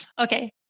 Okay